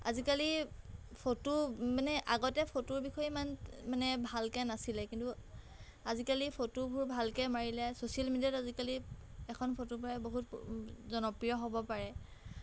আজিকালি ফটো মানে আগতে ফটোৰ বিষয়ে ইমান মানে ভালকৈ নাছিলে কিন্তু আজিকালি ফটোবোৰ ভালকৈ মাৰিলে ছ'চিয়েল মিডিয়াত আজিকালি এখন ফটোৰ পৰাই বহুত জনপ্ৰিয় হ'ব পাৰে